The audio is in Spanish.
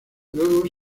luego